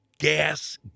gas